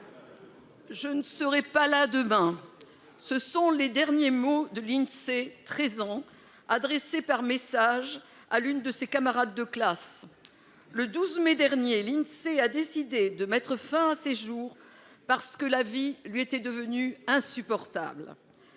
Je ne serai pas là demain. Ce sont les derniers mots de Lindsay, 13 ans, adressé par message à l'une de ses camarades de classe. Le 12 mai dernier, Lindsay a décidé de mettre fin à ses jours. Parce que la vie lui était devenue insupportable.